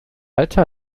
alte